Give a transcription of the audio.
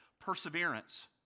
Perseverance